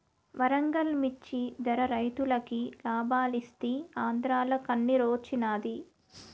వరంగల్ మిచ్చి ధర రైతులకి లాబాలిస్తీ ఆంద్రాల కన్నిరోచ్చినాది